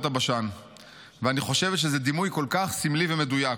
הבשן ואני חושבת שזה דימוי כל כך סמלי ומדויק.